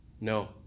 No